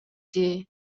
дии